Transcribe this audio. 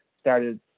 started